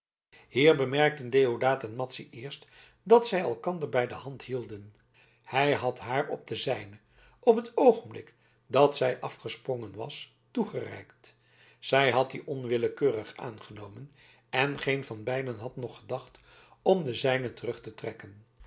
hier bemerkten deodaat en madzy eerst dat zij elkander bij de hand hielden hij had haar de zijne op het oogenblik dat zij afgesprongen was toegereikt zij had die onwillekeurig aangenomen en geen van beiden had nog gedacht om de zijne terug te trekken